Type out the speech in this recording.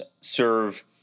serve